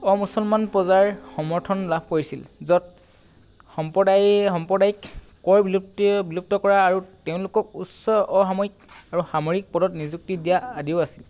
অমুছলমান প্ৰজাৰ সমৰ্থন লাভ কৰিছিল য'ত সম্প্ৰদায়ী সাম্প্ৰদায়িক কৰ বিলুপ্তিৰ বিলুপ্ত কৰা আৰু তেওঁলোকক উচ্চ অসামৰিক আৰু সামৰিক পদত নিযুক্তি দিয়া আদিও আছিল